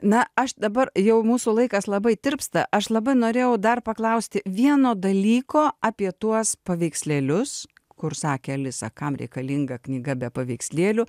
na aš dabar jau mūsų laikas labai tirpsta aš labai norėjau dar paklausti vieno dalyko apie tuos paveikslėlius kur sakė alisa kam reikalinga knyga be paveikslėlių